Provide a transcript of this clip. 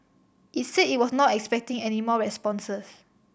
it said it was not expecting any more responses